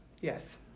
Yes